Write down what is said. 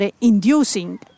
inducing